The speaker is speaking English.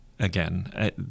Again